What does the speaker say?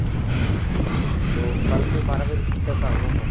अच्छा कल तो मैं बारह बजे तक आऊँगा सर